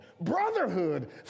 brotherhood